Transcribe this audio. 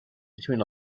between